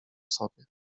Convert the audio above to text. sobie